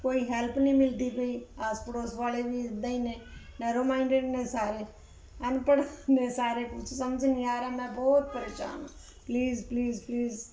ਕੋਈ ਹੈਲਪ ਨਹੀਂ ਮਿਲਦੀ ਪਈ ਆਸ ਪੜੋਸ ਵਾਲੇ ਵੀ ਇੱਦਾਂ ਹੀ ਨੇ ਨੈਰੋਮਾਈਡਿਡ ਨੇ ਸਾਰੇ ਅਨਪੜ੍ਹ ਨੇ ਸਾਰੇ ਕੁਝ ਸਮਝ ਨਹੀਂ ਆ ਰਿਹਾ ਮੈਂ ਬਹੁਤ ਪਰੇਸ਼ਾਨ ਆ ਪਲੀਜ਼ ਪਲੀਜ਼ ਪਲੀਜ਼